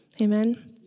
Amen